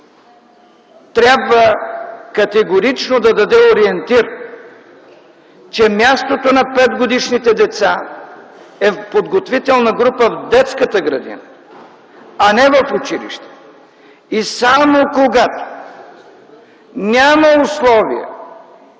трябва категорично да даде ориентир, че мястото на петгодишните деца е в подготвителна група в детската градина, а не в училище. Само когато няма условия